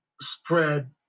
spread